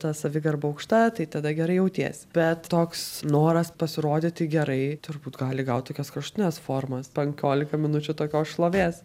ta savigarba aukšta tai tada gerai jautiesi bet toks noras pasirodyti gerai turbūt gali įgaut tokias kraštutines formas penkiolika minučių tokios šlovės